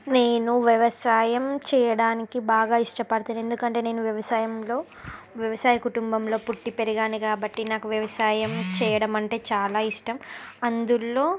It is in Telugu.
నేను వ్యవసాయం చేయడానికి బాగా ఇష్టపడతాను ఎందుకంటే నేను వ్యవసాయంలో వ్యవసాయ కుటుంబంలో పుట్టి పెరిగాను కాబట్టి నాకు వ్యవసాయం చేయడం అంటే చాలా ఇష్టం అందులో